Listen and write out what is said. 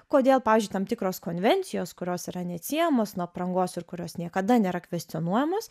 kodėl pavyzdžiui tam tikros konvencijos kurios yra neatsiejamos nuo aprangos ir kurios niekada nėra kvestionuojamos